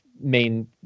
main